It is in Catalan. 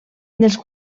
dels